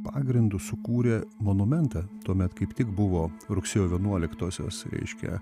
pagrindu sukūrė monumentą tuomet kaip tik buvo rugsėjo vienuoliktosios reiškia